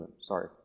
Sorry